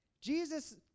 Jesus